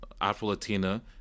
Afro-Latina